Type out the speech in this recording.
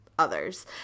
others